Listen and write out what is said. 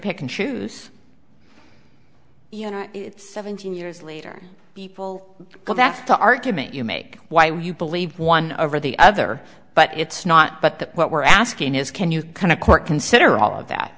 pick and choose you know it's seventeen years later people go that's the argument you make why you believe one or the other but it's not but that what we're asking is can you kind of court consider all of that